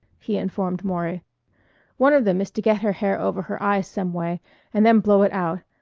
he informed maury one of them is to get her hair over her eyes some way and then blow it out,